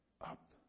Up